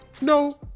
no